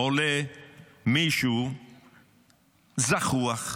עולה מישהו זחוח,